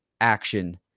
action